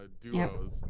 Duos